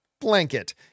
blanket